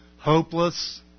Hopeless